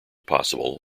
possible